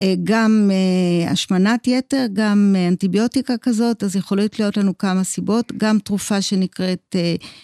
גם השמנת יתר, גם אנטיביוטיקה כזאת, אז יכולות להיות לנו כמה סיבות, גם תרופה שנקראת...